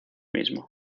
mismo